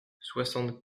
soixante